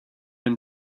and